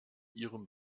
ihrem